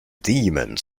demons